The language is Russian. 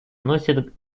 носит